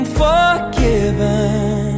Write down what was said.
forgiven